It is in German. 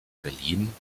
berlin